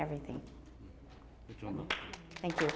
everything thank you